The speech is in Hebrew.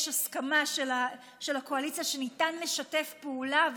הסכמה של הקואליציה ושניתן לשתף פעולה,